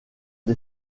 des